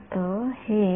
बरोबर ही बेरीज आहे